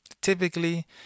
Typically